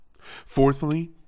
Fourthly